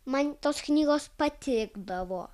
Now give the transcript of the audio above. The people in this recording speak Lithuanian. man tos knygos patikdavo